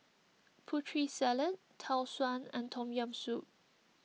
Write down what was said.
Putri Salad Tau Suan and Tom Yam Soup